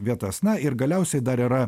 vietas na ir galiausiai dar yra